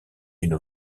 une